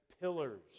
pillars